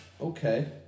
Okay